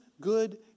good